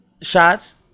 shots